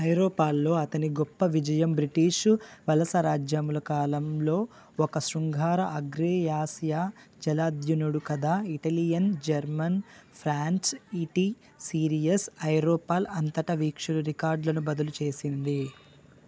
ఐరోపాల్లో అతని గొప్ప విజయం బ్రిటీష్ వలసరాజ్యంల కాలంలో ఒక శృంగార అగ్రేయాసియా జలాధ్యునుడు కథ ఇటలియన్ జర్మన్ ఫ్రాంచ్ ఇటీ సీరియస్ ఐరోపల్ అంతటా వీక్షకుల రికార్డులను బదులు చేసింది